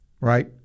Right